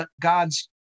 God's